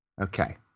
Okay